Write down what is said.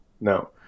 No